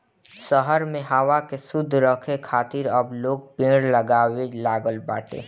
शहर में हवा के शुद्ध राखे खातिर अब लोग पेड़ लगावे लागल बाटे